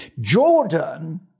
Jordan